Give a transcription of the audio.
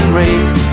race